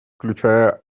включая